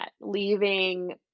leaving